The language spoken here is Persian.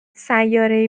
سیارهای